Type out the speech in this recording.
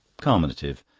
carminative.